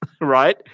right